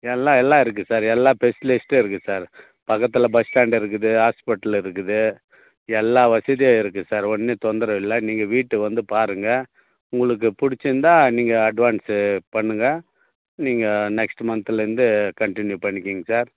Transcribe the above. எல்லாம் எல்லாம் இருக்கு சார் எல்லாம் பெஸ்லிஸ்ட்டும் இருக்கு சார் பக்கத்தில் பஸ்ஸ்டாண்டு இருக்குது ஹாஸ்பிட்டல் இருக்குது எல்லா வசதியும் இருக்கு சார் ஒன்றும் தொந்தரவு இல்லை நீங்கள் வீட்டை வந்து பாருங்கள் உங்களுக்கு பிடிச்சிருந்தா நீங்கள் அட்வான்ஸு பண்ணுங்கள் நீங்கள் நெக்ஸ்ட் மன்த்லேந்து கண்ட்டினியூ பண்ணிக்கங்க சார்